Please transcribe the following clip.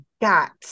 got